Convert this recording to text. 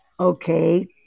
Okay